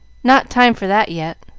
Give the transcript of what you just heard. not time for that yet.